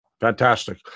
Fantastic